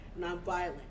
nonviolent